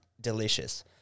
delicious